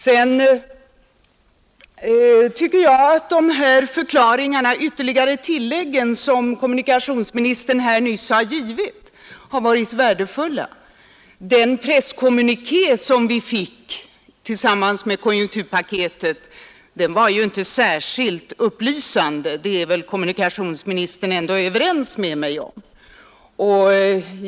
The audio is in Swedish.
De ytterligare förklaringar som kommunikationsministern nyss har lämnat tycker jag har varit värdefulla. Den presskommuniké som vi fick tillsammans med konjunkturpaketet var inte särskilt upplysande, det är väl kommunikationsministern överens med mig om.